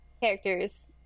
characters